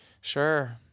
Sure